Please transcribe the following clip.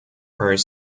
are